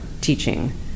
teaching